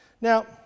Now